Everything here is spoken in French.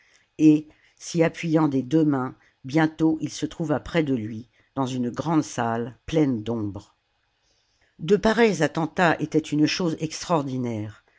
et s'y appuyant des deux mains bientôt il se trouva près de lui dans une grande salle pleine d'ombre de pareils attentats étaient une chose extraordinaire